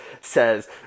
says